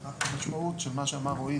המשמעות שמה שאמר רועי,